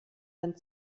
wenn